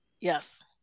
yes